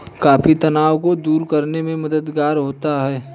coffee तनाव को दूर करने में मददगार होता है